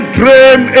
dream